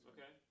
Okay